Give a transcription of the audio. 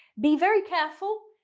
be very careful.